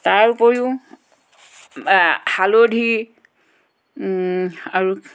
তাৰ উপৰিও হালধি আৰু